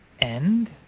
end